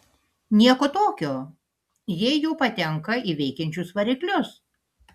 nieko tokio jei jo patenka į veikiančius variklius